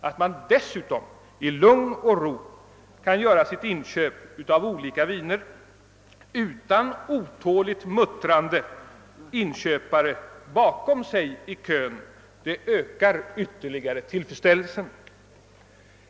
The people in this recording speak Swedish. Att man dessutom i lugn och ro kan göra sitt inköp av olika viner utan otåligt muttrande inköpare bakom sig i kön ökar tillfredsställelsen ytterligare.